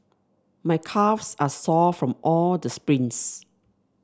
my calves are sore from all the sprints